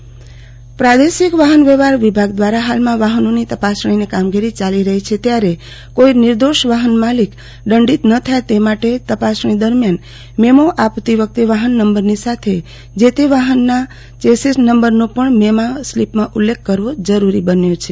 વાહન વ્યવહાર નિગમ પ્રાદેશિક વાહન વ્યવહાર વિભાગ દ્વારા હાલમાં વાહનોની તપાસણીની કામગીરી ચાલી રહી છે ત્યારે કોઈ નિર્દોષ વાહન માલિક દંડિત ન થાય તે માટે તપાસની દરમિયાન મેમો આપતી વખતે વાહન નંબરની સાથે જે તે વાહનના ચેસીસ નંબરનો પણ મેમો ની સ્લીપમાં ઉલ્લેખ કરવો જરૂરી બન્યો છે